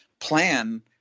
plan